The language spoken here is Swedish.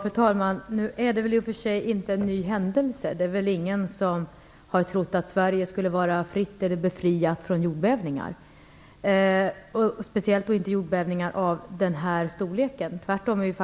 Fru talman! Det är väl i och för sig ingen ny händelse. Det är väl ingen som har trott att Sverige skulle vara befriat från jordbävningar - speciellt inte jordbävningar av denna storlek. Tvärtom är